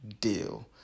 deal